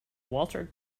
walter